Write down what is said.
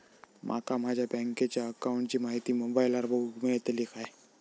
माका माझ्या बँकेच्या अकाऊंटची माहिती मोबाईलार बगुक मेळतली काय?